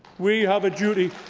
we have a duty.